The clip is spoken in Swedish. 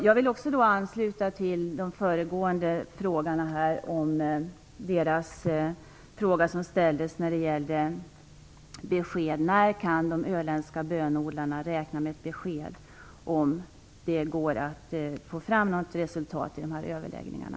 Jag vill också ansluta till de föregående frågeställarnas fråga om när de öländska bönodlarna kan räkna med besked om huruvida det går att få fram något resultat i överläggningarna.